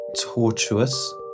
Tortuous